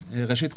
ראשית,